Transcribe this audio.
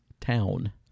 Town